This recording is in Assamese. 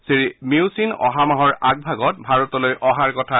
শ্ৰীমিউছিন অহা মাহৰ আগভাগত ভাৰতলৈ অহাৰ কথা